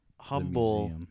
Humble